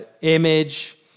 image